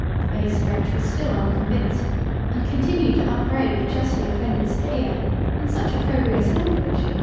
the base wretch was still unconvinced and continued to upbraid the justly-offended sophia in such opprobious language,